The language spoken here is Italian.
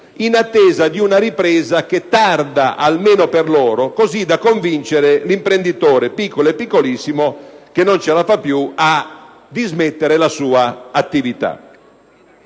in attesa di una ripresa che tarda, almeno per loro, così da convincere l'imprenditore piccolo e piccolissimo, che non ce la fa più, a dismettere la sua attività.